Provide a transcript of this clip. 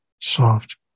soft